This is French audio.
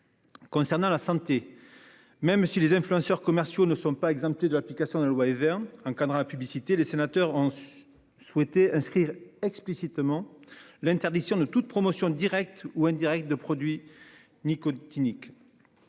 Concernant la santé même si les influenceurs commerciaux ne sont pas exemptés de l'application de la loi Évin encadrant la publicité. Les sénateurs ont. Souhaité inscrire explicitement l'interdiction de toute promotion directe ou indirecte de produits nicotiniques.